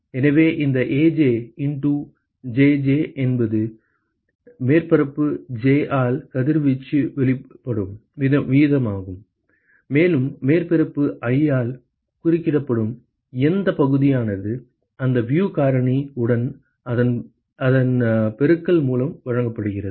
எனவே இந்த Aj into Jj என்பது மேற்பரப்பு j ஆல் கதிர்வீச்சு வெளிப்படும் வீதமாகும் மேலும் மேற்பரப்பு i ஆல் குறுக்கிடப்படும் எந்தப் பகுதியானது அந்த வியூ காரணி உடன் அதன் பெருக்கல் மூலம் வழங்கப்படுகிறது